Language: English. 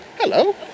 Hello